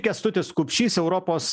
kęstutis kupšys europos